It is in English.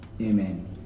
Amen